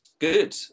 good